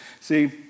See